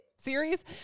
series